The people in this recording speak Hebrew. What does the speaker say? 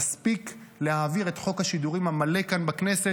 נספיק להעביר את חוק השידורים המלא כאן בכנסת,